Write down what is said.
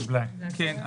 כן.